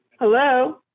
Hello